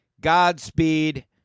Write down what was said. Godspeed